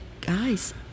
guys